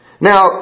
Now